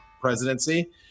presidency